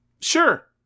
sure